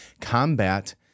combat